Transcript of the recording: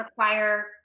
require